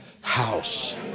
house